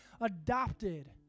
adopted